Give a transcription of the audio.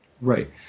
Right